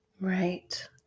Right